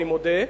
אני מודה,